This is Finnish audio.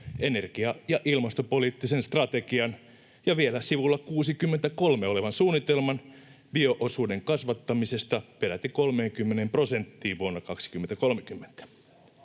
energia- ja ilmastopoliittisen strategian ja vielä sivulla 63 olevan suunnitelman bio-osuuden kasvattamisesta peräti 30 prosenttiin vuonna 2030.